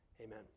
amen